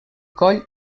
coll